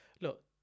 Look